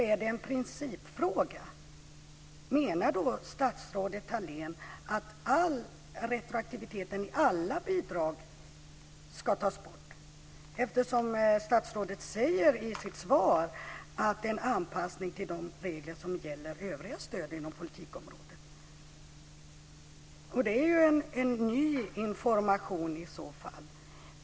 Om det är en principfråga, menar då statsrådet Thalén att retroaktiviteten i alla bidrag ska tas bort, eftersom statsrådet i sitt svar säger att det är en anpassning till de regler som gäller övriga stöd inom politikområdet? Det är i så fall en ny information.